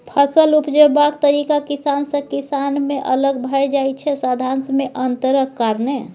फसल उपजेबाक तरीका किसान सँ किसान मे अलग भए जाइ छै साधंश मे अंतरक कारणेँ